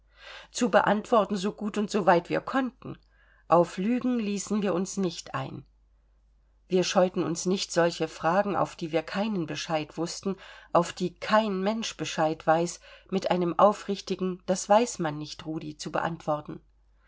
zu beantworten so gut und so weit wir konnten auf lügen ließen wir uns nicht ein wir scheuten uns nicht solche fragen auf die wir keinen bescheid wußten auf die kein mensch bescheid weiß mit einem aufrichtigen das weiß man nicht rudi zu beantworten